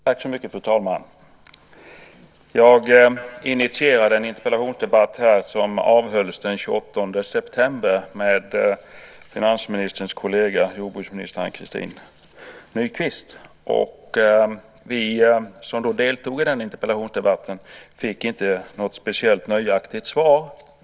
Fru talman! Jag har tidigare i denna kammare initierat en interpellationsdebatt. Den avhölls den 28 september med finansministerns kollega jordbruksminister Ann-Christin Nykvist. Vi som deltog i den interpellationsdebatten fick inte heller då ett särskilt nöjaktigt svar.